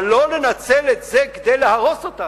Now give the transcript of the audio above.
אבל לא לנצל את זה כדי להרוס אותנו,